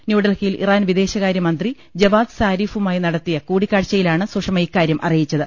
ന്യൂഡൽഹിയിൽ ഇറാൻ വിദേശകാര്യമന്ത്രി ജവാദ് സാരീഫുമായി നടത്തിയ കൂടിക്കാഴ്ചയിലാണ് സുഷമ ഇക്കാര്യം അറിയിച്ചത്